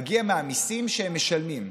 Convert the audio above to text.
מגיע מהמיסים שהם משלמים,